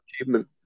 Achievement